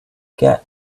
get